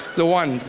the wand,